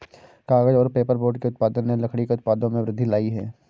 कागज़ और पेपरबोर्ड के उत्पादन ने लकड़ी के उत्पादों में वृद्धि लायी है